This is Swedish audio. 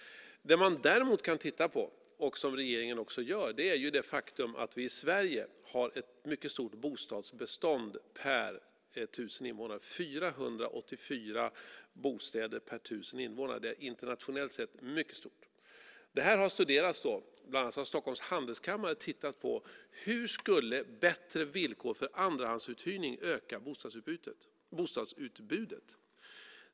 Det man däremot kan titta på, vilket regeringen också gör, är det faktum att vi i Sverige har ett mycket stort bostadsbestånd per 1 000 invånare. Vi har 484 bostäder per 1 000 invånare. Det är mycket stort internationellt sett. Det har studerats. Bland annat har Stockholms Handelskammare tittat på hur bättre villkor för andrahandsuthyrning skulle öka bostadsutbudet.